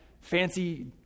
fancy